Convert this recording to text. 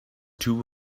two